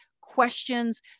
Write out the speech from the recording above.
questions